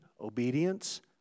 obedience